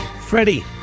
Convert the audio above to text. Freddie